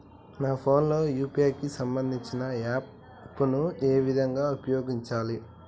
నా ఫోన్ లో యూ.పీ.ఐ కి సంబందించిన యాప్ ను ఏ విధంగా ఉపయోగించాలి?